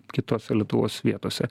kitose lietuvos vietose